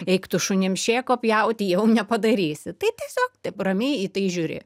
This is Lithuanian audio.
eik tu šunim šėko pjauti jau nepadarysi tai tiesiog taip ramiai į tai žiūri